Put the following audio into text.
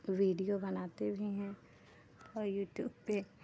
video बनाते भी हैं और यूट्यूब पे